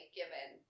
given